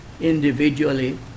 individually